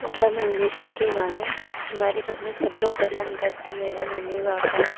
लता मंगेशकर के गाने हमारे घर में सब लोग पसन्द करते मेरे मम्मी पापा